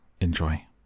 Enjoy